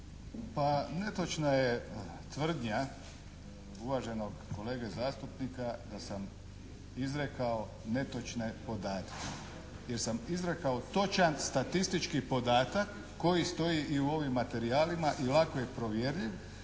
Pa netočna je tvrdnja uvaženog kolege zastupnika da sam izrekao netočne podatke. Jer sam izrekao točan statistički podatak koji stoji i u ovim materijalima i lako je provjerljiv